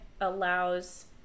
allows